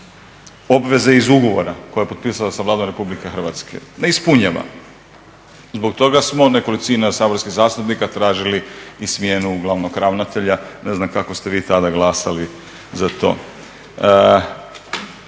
obveze iz ugovora koje je potpisala sa Vladom Republike Hrvatske. Ne ispunjava, zbog toga smo nekolicina saborskih zastupnika tražili i smjenu glavnog ravnatelja, ne znam kako ste vi tada glasali za to.